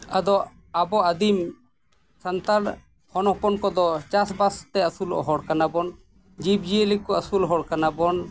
ᱟᱫᱚ ᱟᱵᱚ ᱟᱹᱫᱤᱢ ᱥᱟᱱᱛᱟᱞ ᱦᱚᱲ ᱦᱚᱯᱚᱱ ᱠᱚᱫᱚ ᱪᱟᱥᱵᱟᱥ ᱛᱮ ᱟᱹᱥᱩᱞᱚᱜ ᱦᱚᱲ ᱠᱟᱱᱟ ᱵᱚᱱ ᱡᱤᱵᱽ ᱡᱤᱭᱟᱹᱞᱤ ᱠᱚ ᱟᱹᱥᱩᱞ ᱦᱚᱲ ᱠᱟᱱᱟ ᱵᱚᱱ